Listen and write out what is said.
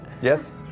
Yes